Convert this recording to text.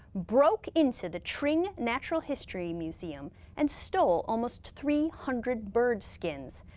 broke into the tring natural history museum and stole almost three hundred bird skins,